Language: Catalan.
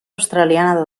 australiana